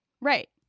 Right